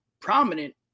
prominent